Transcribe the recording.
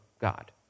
God